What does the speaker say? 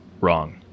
wrong